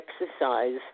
exercise